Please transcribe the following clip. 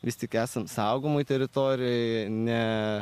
vis tik esam saugomoj teritorijoj ne